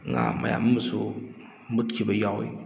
ꯉꯥ ꯃꯌꯥꯝ ꯑꯃꯁꯨ ꯃꯨꯠꯈꯤꯕ ꯌꯥꯎꯏ